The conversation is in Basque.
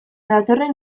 datorren